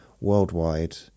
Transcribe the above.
Worldwide